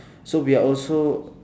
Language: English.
so we are also